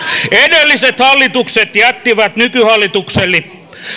edelliset hallitukset jättivät nykyhallitukselle